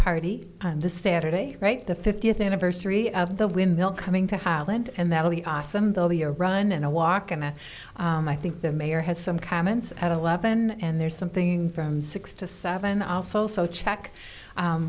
party on the saturday right the fiftieth anniversary of the windmill coming to highland and that will be awesome they'll be a run and a walk and i think the mayor has some comments at eleven and there's something from six to seven also also check